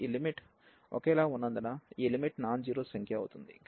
కాబట్టి ఇప్పుడు ఈ లిమిట్ ఒకేలా ఉన్నందున ఈ లిమిట్ నాన్ జీరో సంఖ్య అవుతుంది